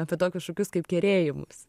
apie tokius šūkius kaip kerėjimus